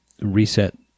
reset